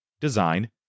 design